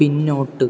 പിന്നോട്ട്